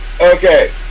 Okay